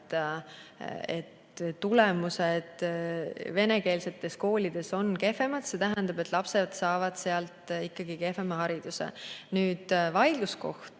tulemused venekeelsetes koolides on kehvemad, ja see tähendab, et lapsed saavad sealt ikkagi kehvema hariduse. Vaidluskoht